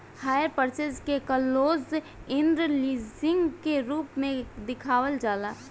hire purchase के close end leasing के रूप में देखावल जाला